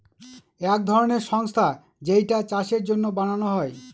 এক ধরনের সংস্থা যেইটা চাষের জন্য বানানো হয়